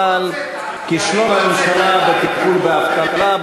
תע"ל: כישלון הממשלה בטיפול באבטלה,